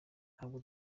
ntabwo